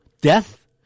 Death